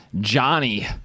Johnny